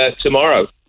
tomorrow